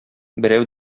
берәү